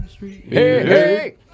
hey